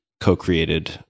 co-created